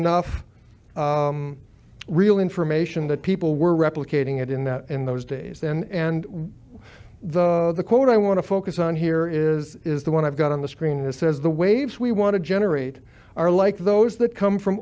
enough real information that people were replicating it in that in those days and the quote i want to focus on here is is the one i've got on the screen and says the waves we want to generate are like those that come from